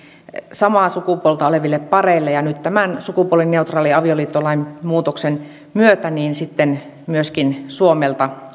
samaa sukupuolta oleville pareille ja nyt tämän sukupuolineutraalin avioliittolain muutoksen myötä sitten myöskin suomelta